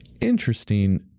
interesting